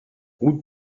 route